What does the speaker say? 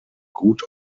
gut